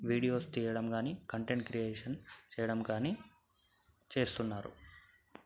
videos తీయడం కానీ content creation చేయడం కానీ చేస్తున్నారు